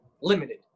limited